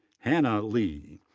hannah lee.